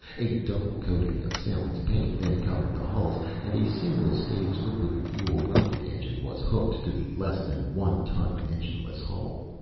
a double coating of sally's paint then covered the hulls and a single stage liquid fuel rocket engine was hooked to the less-than-one-ton engineless hull.